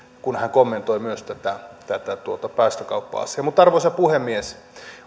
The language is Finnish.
kun hän kommentoi myös tätä tätä päästökauppa asiaa arvoisa puhemies